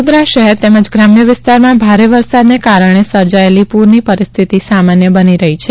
વડોદરા શહેર તેમજ ગ્રામ્ય વિસ્તારમાં ભારે વરસાદને કારણે સર્જાયેલી પ્રરની પરિસ્થિતિ સામાન્ય બની રહી છે